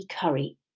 curry